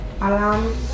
Alam